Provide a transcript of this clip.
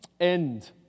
end